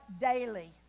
daily